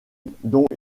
dont